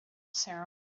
ceremony